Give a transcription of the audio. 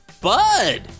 bud